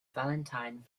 valentine